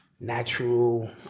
Natural